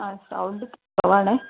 ആ സൗണ്ട് കുറവാണെ